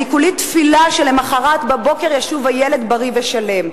אני כולי תפילה שלמחרת בבוקר ישוב הילד בריא ושלם.